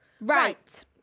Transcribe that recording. Right